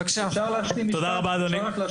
אפשר להשלים משפט?